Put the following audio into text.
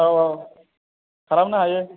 औ औ खालामनो हायो